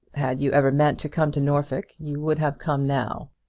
had you ever meant to come to norfolk you would have come now.